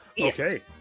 okay